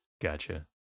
Gotcha